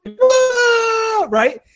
Right